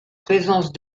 présence